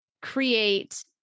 create